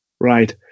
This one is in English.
right